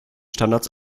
standards